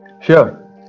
Sure